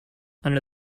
under